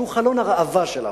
שהוא חלון הראווה שלנו.